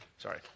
Sorry